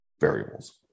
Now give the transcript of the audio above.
variables